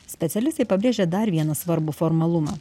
specialistai pabrėžė dar vieną svarbų formalumą